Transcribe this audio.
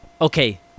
Okay